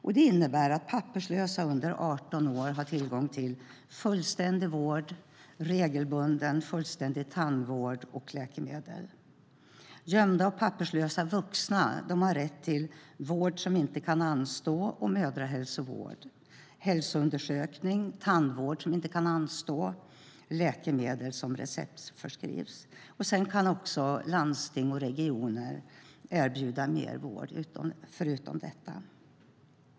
Det innebär att papperslösa under 18 år har tillgång till fullständig vård regelbunden fullständig tandvård läkemedel. Gömda och papperslösa vuxna har rätt till vård som inte kan anstå och mödrahälsovård hälsoundersökning tandvård som inte kan anstå läkemedel som receptförskrivs. Dessutom kan landsting och regioner erbjuda mer vård förutom detta.